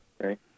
right